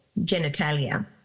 genitalia